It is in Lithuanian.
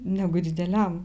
negu dideliam